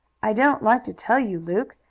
i don't like to tell you, luke,